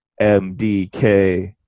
MDK